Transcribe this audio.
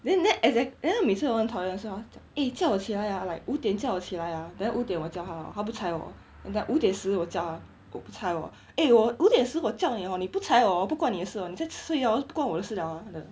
then that exact then 他每次 hor 很讨厌的是 hor eh 叫我起来啊 like 五点叫我起来啊 then 五点我叫他 hor 他不睬我 and then 五点十我叫他他不睬我 eh 我五点十我叫你了 hor 你不睬我我不管你的事了你再睡 hor 不关我的事了 ah